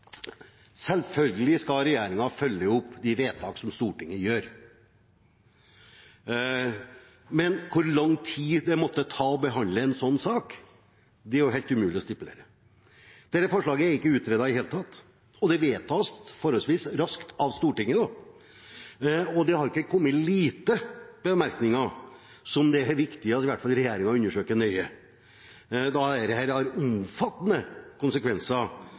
Selvfølgelig skal regjeringen følge opp de vedtak som Stortinget gjør, men hvor lang tid det måtte ta å behandle en slik sak, er helt umulig å stipulere. Dette forslaget er ikke utredet i det hele tatt, og det vedtas forholdsvis raskt av Stortinget nå. Det har ikke kommet få bemerkninger som det er viktig at i hvert fall regjeringen undersøker nøye, da det har omfattende konsekvenser